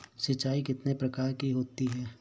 सिंचाई कितनी प्रकार की होती हैं?